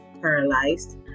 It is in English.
paralyzed